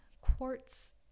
quartz